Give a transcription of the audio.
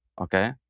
Okay